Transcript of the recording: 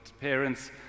parents